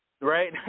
Right